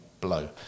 blow